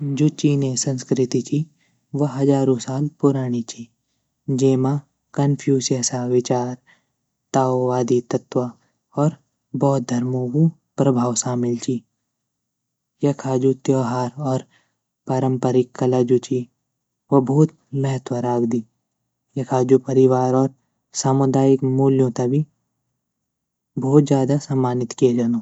जू चीने संस्कृति ची व हज़ारू साल पूराणी ची जेमा कन्फ़्यूशियसा विचार, ताओवाद दी तत्व और बोद्ध धर्मों गू प्रभाव शामिल ची यक्ष जू त्योहार और पारंपरिक जू कला ची व भोत महत्व राखदी यखा जू परिवार और सामुदायिक मूल्यूँ त भी भोट ज़्यादा सम्मानित किए जांदू।